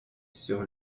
sur